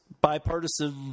bipartisan